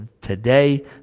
today